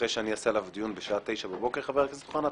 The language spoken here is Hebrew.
אחרי שאקיים עליו דיון בשעה 09:00 חבר הכנסת אמיר אוחנה,